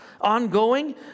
Ongoing